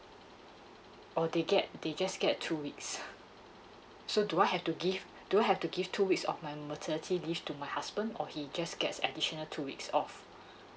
or they get they just get two weeks so do I have to give do I have to give two weeks of my maternity leave to my husband or he just gets additional two weeks off